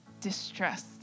distressed